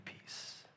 peace